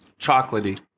chocolatey